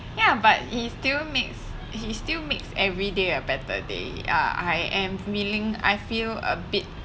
ya but he still makes he still makes every day a better day uh I am feeling I feel a bit